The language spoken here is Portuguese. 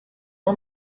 uma